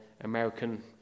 American